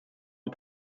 und